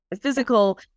physical